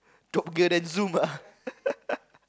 then zoom ah